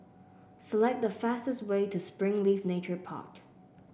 select the fastest way to Springleaf Nature Park